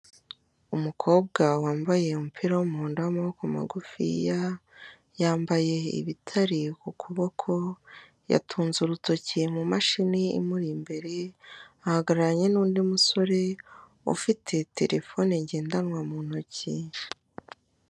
Umukobwa wambaye umupira w'umuhondo w'amaboko magufiya, yambaye ibitare ku kuboko, yatunze urutoki mu mashini imuri imbere, ahagararanye n'undi musore ufite terefone ngendanwa mu ntoki.